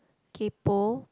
kaypoh